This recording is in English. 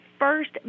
first